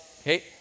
okay